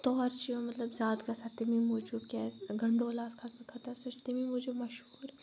تور چھِ مَطلَب زیاد گَژھان تمی موٗجُب کیاز گَنڈولَہَس کھَسنہٕ خٲطرٕ سُہ چھُ تمی موٗجُب مَشہوٗر